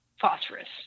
phosphorus